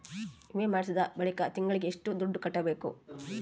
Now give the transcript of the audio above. ವಿಮೆ ಮಾಡಿಸಿದ ಬಳಿಕ ತಿಂಗಳಿಗೆ ಎಷ್ಟು ದುಡ್ಡು ಕಟ್ಟಬೇಕು?